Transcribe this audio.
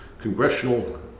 congressional